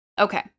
okay